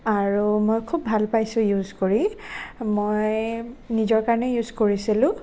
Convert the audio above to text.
আৰু মই খুব ভাল পাইছোঁ ইউজ কৰি মই নিজৰ কাৰণে ইউজ কৰিছিলোঁ